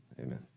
Amen